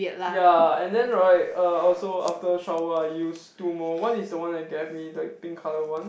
ya and then right uh also after shower I use two more one is the one that you gave me the pink colour [one]